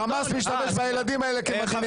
החמאס משתמש בילדים האלה כמגינים אנושיים.